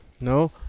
No